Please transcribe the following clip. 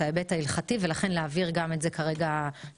את ההיבט ההלכתי ולכן להעביר את זה לוועדה.